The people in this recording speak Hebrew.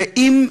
ואם,